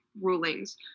rulings